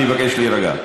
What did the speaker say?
אני מבקש להירגע.